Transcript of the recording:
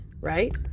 right